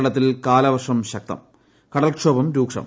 കേരളത്തിൽ കാലവർഷം ശക്തം കടൽക്ഷോഭം രൂക്ഷം